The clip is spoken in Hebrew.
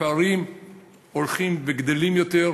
והפערים הולכים וגדלים יותר,